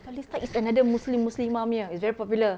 pearlista is another muslim muslimah punya it's very popular